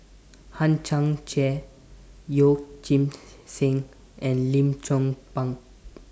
Hang Chang Chieh Yeoh Ghim Seng and Lim Chong Pang